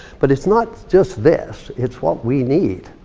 but it's not just this. it's what we need.